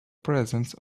presents